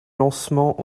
lancement